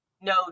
no